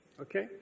Okay